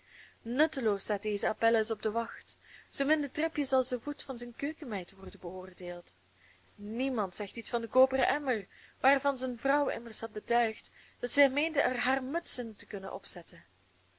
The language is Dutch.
nutteloos staat deze apelles op de wacht zoomin de tripjes als de voet van zijn keukenmeid worden beoordeeld niemand zegt iets van den koperen emmer waarvan zijn vrouw immers had betuigd dat zij meende er haar muts in te kunnen opzetten